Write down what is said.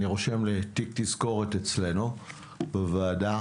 אני רושם לי כתזכורת אצלנו בוועדה,